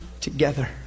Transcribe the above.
together